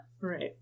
Right